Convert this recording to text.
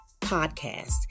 podcast